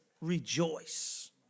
rejoice